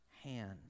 hand